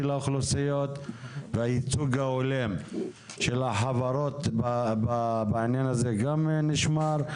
האוכלוסיות והייצוג ההולם של החברות בעניין הזה גם נשמר.